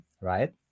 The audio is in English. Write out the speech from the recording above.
right